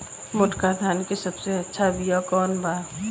मोटका धान के सबसे अच्छा बिया कवन बा?